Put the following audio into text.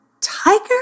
tiger